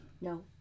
No